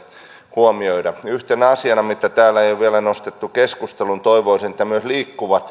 huomioida yhtenä asiana mitä täällä ei ole vielä nostettu keskusteluun toivoisin että myös liikkuvat